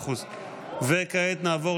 וכעת נעבור